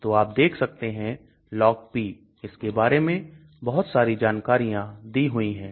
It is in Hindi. तो आप देख सकते हैं LogP इसके बारे में बहुत सारी जानकारियां दी हुई है